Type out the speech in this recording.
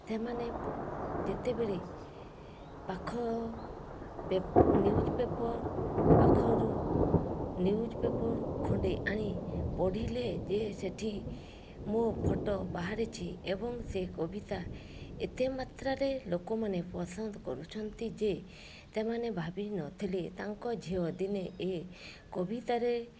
ସେମାନେ ପ୍ ଯେତେବେଳେ ପାଖ ପେପ ନ୍ୟୁଜ୍ ପେପର୍ ପାଖରୁ ନ୍ୟୁଜ୍ ପେପର୍ରୁ ଖଣ୍ଡେ ଆଣି ପଢ଼ିଲେ ଯେ ସେଇଠି ମୋ ଫଟୋ ବାହାରିଛି ଏବଂ ସେ କବିତା ଏତେ ମାତ୍ରାରେ ଲୋକମାନେ ପସନ୍ଦ କରୁଛନ୍ତି ଯେ ସେମାନେ ଭାବିନଥିଲେ ତାଙ୍କ ଝିଅ ଦିନେ ଏ କବିତାରେ